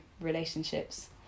relationships